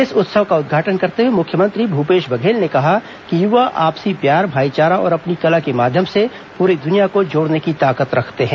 इस उत्सव का उद्घाटन करते हुए मुख्यमंत्री भूपेश बघेल ने कहा कि युवा आपसी प्यार भाईचारा और अपनी कला के माध्यम से पूरी दुनिया को जोड़ने की ताकत रखते हैं